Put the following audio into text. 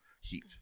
heat